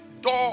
door